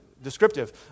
descriptive